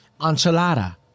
Enchilada